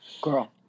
girl